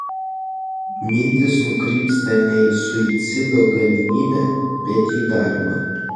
mintys nukrypsta ne į suicido galimybę bet į darbą